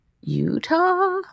Utah